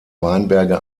weinberge